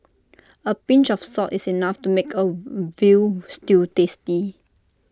A pinch of salt is enough to make A Veal Stew tasty